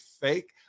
fake